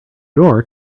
door